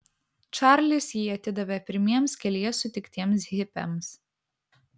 čarlis jį atidavė pirmiems kelyje sutiktiems hipiams